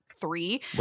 three